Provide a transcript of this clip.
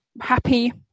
happy